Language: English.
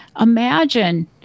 imagine